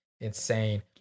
insane